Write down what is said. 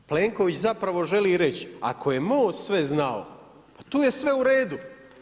Plenković zapravo želi reći, ako je MOST sve znao, pa to je sve u redu.